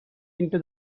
into